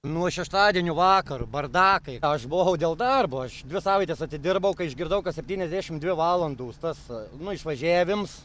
nuo šeštadienio vakaro bardakai aš buvau dėl darbo aš dvi savaites atidirbau kai išgirdau kad septyniasdešimt dvi valandos tas nu išvažiavims